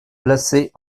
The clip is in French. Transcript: placées